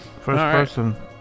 First-person